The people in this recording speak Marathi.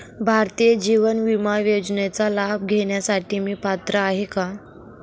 भारतीय जीवन विमा योजनेचा लाभ घेण्यासाठी मी पात्र आहे का?